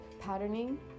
patterning